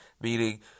Meaning